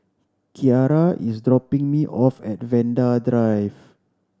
Kyara is dropping me off at Vanda Drive